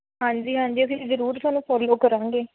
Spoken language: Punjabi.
ਹਾਂਜੀ ਹਾਂਜੀ ਅਸੀਂ ਜ਼ਰੂਰ ਤੁਹਾਨੂੰ ਫੋਲੋ ਕਰਾਂਗੇ